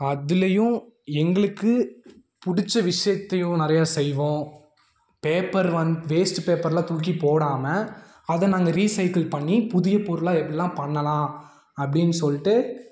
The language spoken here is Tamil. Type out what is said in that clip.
அதுலேயும் எங்களுக்கு பிடிச்ச விஷயத்தையும் நிறையா செய்வோம் பேப்பர் வந்து வேஸ்ட் பேப்பரெலாம் தூக்கிப் போடாமல் அதை நாங்கள் ரீசைக்கிள் பண்ணி புதிய பொருளாக எல்லாம் பண்ணலாம் அப்படின் சொல்லிட்டு